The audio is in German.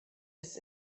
ist